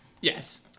Yes